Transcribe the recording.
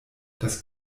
das